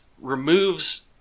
removes